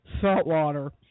saltwater